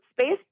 space